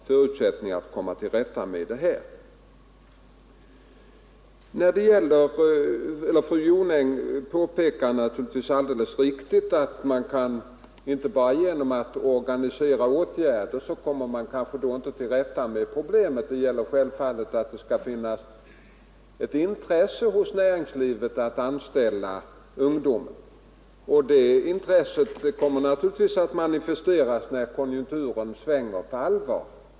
Fru Jonäng påpekade naturligtvis alldeles riktigt att man inte bara genom att exempelvis organisera kurser kan komma till rätta med problemet. Det är självfallet nödvändigt att det finns ett intresse inom näringslivet för att anställa ungdomen, och det intresset kommer givetvis att manifesteras när konjunkturen svänger på allvar.